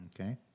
Okay